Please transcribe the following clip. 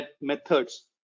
methods